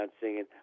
singing